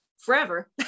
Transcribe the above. Forever